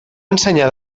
ensenyar